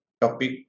topic